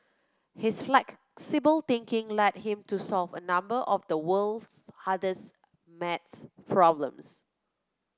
his flexible thinking led him to solve a number of the world's hardest maths problems